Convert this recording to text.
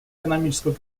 экономического